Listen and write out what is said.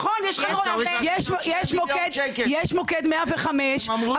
נכון, יש מוקד 105. הם אמרו שאין כסף.